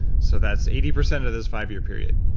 so that's eighty percent of this five year period.